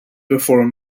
before